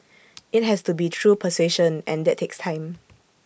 IT has to be through persuasion and that takes time